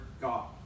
God